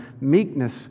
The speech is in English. meekness